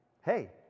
Hey